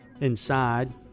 Inside